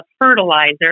fertilizer